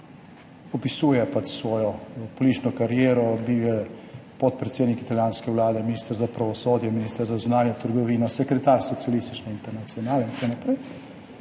opisuje svojo politično kariero, bil je podpredsednik italijanske vlade, minister za pravosodje, minister za zunanjo trgovino, sekretar Socialistične internacionale